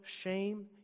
shame